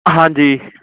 ਹਾਂਜੀ